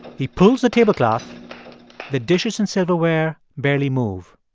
he pulls the tablecloth the dishes and silverware barely move.